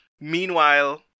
meanwhile